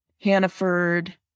Hannaford